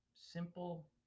simple